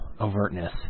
overtness